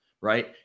right